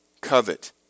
Covet